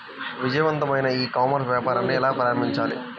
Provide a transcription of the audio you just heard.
విజయవంతమైన e commerce వ్యాపారాన్ని ఎలా ప్రారంభించాలి?